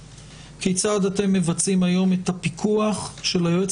כיצד אתם מבצעים היום את הפיקוח של היועץ